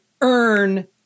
earn